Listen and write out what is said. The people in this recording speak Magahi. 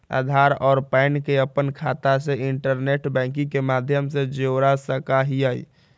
आधार और पैन के अपन खाता से इंटरनेट बैंकिंग के माध्यम से जोड़ सका हियी